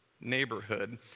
neighborhood